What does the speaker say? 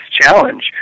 Challenge